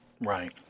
Right